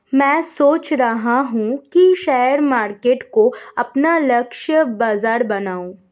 मैं सोच रहा हूँ कि शेयर मार्केट को अपना लक्ष्य बाजार बनाऊँ